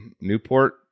Newport